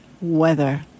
Weather